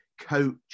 coach